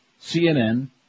CNN